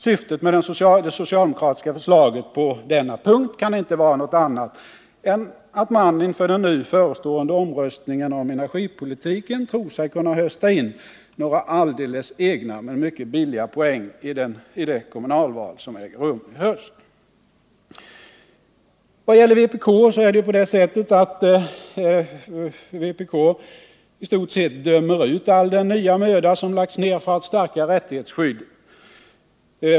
Syftet med det socialdemokratiska förslaget på denna punkt kan inte vara något annat än att man inför den nu förestående omröstningen om energipolitiken tror sig kunna hösta in några alldeles egna men mycket billiga poäng i de kommunalval som äger rum i höst. Vad gäller vpk är det på det sättet att vpk i stort sett dömer ut all den nya möda som lagts ner för att stärka rättighetsskyddet.